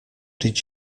did